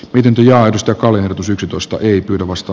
miten rahoitusta kolin otus yksitoista ei pyydä vasta